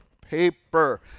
paper